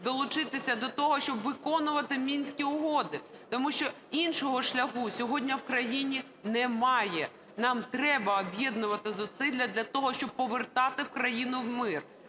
долучитися до того, щоб виконувати Мінські угоди, тому що іншого шляху сьогодні в країні немає. Нам треба об'єднувати зусилля для того, щоб повертати країну в мир,